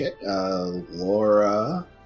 Laura